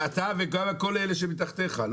אתה וכל אלה שמתחתיך.